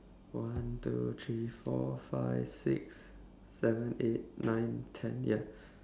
one two three four five six seven eight nine ten ya